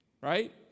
Right